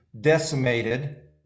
decimated